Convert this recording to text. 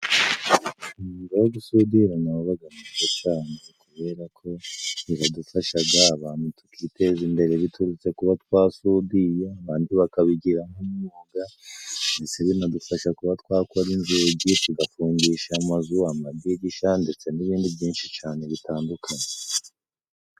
Umwuga wo gusudira na wo ubaga mwiza cane kubera ko uradufashaga, abantu tukiteza imbere biturutse kuba twasudiye, abandi bakabigira nk'umwuga, ndetse binadufasha kuba twakora inzu, tugafungisha amazu, amadirishya ndetse n'ibindi byinshi cane bitandukanye.